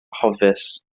anghofus